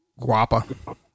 guapa